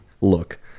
look